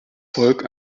volk